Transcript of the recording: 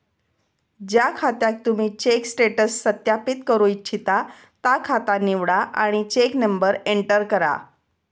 ज्या खात्याक तुम्ही चेक स्टेटस सत्यापित करू इच्छिता ता खाता निवडा आणि चेक नंबर एंटर करा